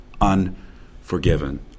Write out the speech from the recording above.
unforgiven